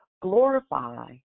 glorify